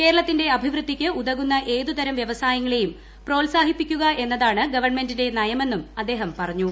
കേരളത്തിന്റെ അഭിവൃദ്ധിക്കുതകുന്ന ഏതു തരം വൃവസായങ്ങളേയും പ്രോത്സാഹിപ്പിക്കുക എന്നതാണ് ഗവൺമെന്റ് നയമെന്നും അദ്ദേഹം പറഞ്ഞു